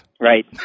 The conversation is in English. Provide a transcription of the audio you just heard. Right